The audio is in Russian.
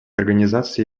организации